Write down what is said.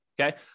Okay